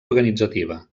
organitzativa